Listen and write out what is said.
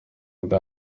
ubwa